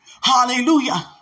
Hallelujah